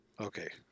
Okay